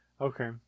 Okay